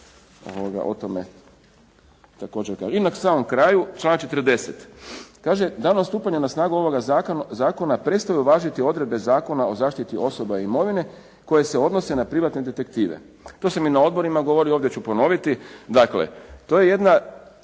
I na samom kraju, članak 40. kaže: Danom stupanja na snagu ovoga zakona prestaju važiti odredbe Zakona o zaštiti osoba i imovine koje se odnose na privatne detektive. To sam i na odborima govorio, ovdje ću ponoviti. Dakle to je jedna